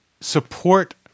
support